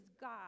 God